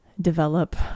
develop